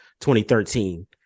2013